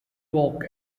york